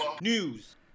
news